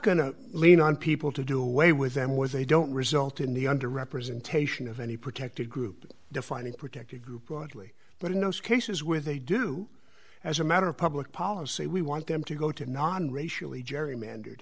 to lean on people to do away with them where they don't result in the under representation of any protected group defining protected group broadly but in those cases where they do as a matter of public policy we want them to go to non racially gerrymander